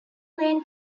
lane